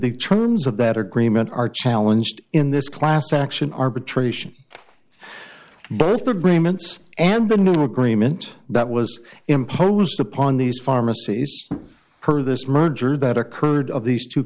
the terms of that agreement are challenged in this class action arbitration both agreements and the new agreement that was imposed upon these pharmacies per this merger that occurred of these two